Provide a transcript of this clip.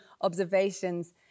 observations